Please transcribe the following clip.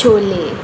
chole